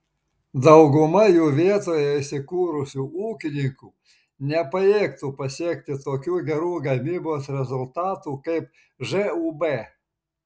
dauguma jų vietoje įsikūrusių ūkininkų nepajėgtų pasiekti tokių gerų gamybos rezultatų kaip žūb